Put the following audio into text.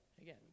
again